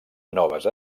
noves